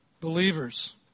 believers